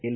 L